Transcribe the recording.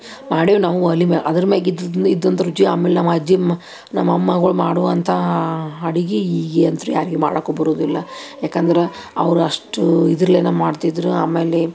ಮಾಡೀವಿ ನಾವು ಒಲೆ ಮ್ಯಾಲ ಅದರ ಮ್ಯಾಗ ಇದ್ದದ್ದನ್ನ ಇದ್ದಂಥ ರುಚಿ ಆಮೇಲೆ ನಮ್ಮಜ್ಜಿ ಮ ನಮ್ಮಮ್ಮಗಳು ಮಾಡುವಂತಹ ಅಡುಗೆ ಈಗೇಂತ್ರ್ ಯಾರಿಗೂ ಮಾಡೋಕು ಬರುವುದಿಲ್ಲ ಯಾಕಂದ್ರೆ ಅವ್ರು ಅಷ್ಟೂ ಇದ್ರಲ್ಲೇನೆ ಮಾಡ್ತಿದ್ರು ಆಮೇಲೆ